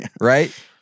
right